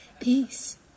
Peace